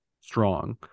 strong